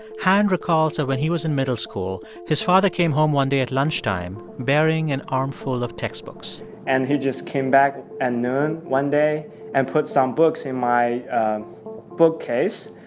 han recalls that when he was in middle school, his father came home one day at lunchtime bearing an armful of textbooks and he just came back at and noon one day and put some books in my bookcase.